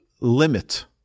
limit